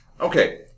Okay